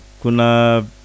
Kuna